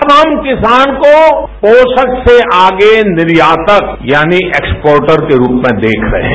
अब हम किसान को पोषक से आगे निर्यातक यानी एक्सपोर्टर के रूप में देख रहे हैं